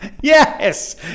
Yes